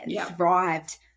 thrived